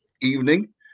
evening